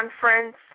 conference